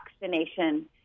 vaccination